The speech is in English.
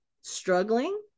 struggling